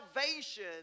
salvation